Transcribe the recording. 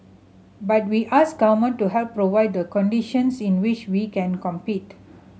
but we ask government to help provide the conditions in which we can compete